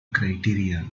criteria